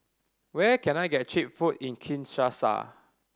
where can I get cheap food in Kinshasa